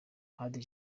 hadi